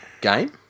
game